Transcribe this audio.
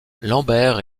lambert